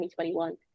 2021